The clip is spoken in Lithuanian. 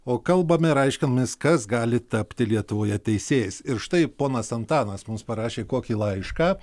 o kalbame ir aiškinamės kas gali tapti lietuvoje teisėjais ir štai ponas antanas mums parašė kokį laišką